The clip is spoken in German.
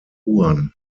juan